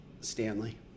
Stanley